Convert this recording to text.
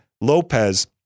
Lopez